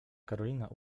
karolina